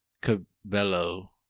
Cabello